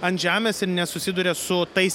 ant žemės ir nesusiduria su tais